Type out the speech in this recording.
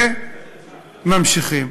וממשיכים.